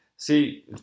See